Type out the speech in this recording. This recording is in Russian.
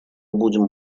будем